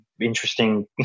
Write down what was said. interesting